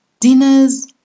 Dinners